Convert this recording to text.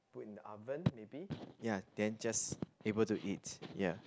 put in the oven maybe ya then just able to eat ya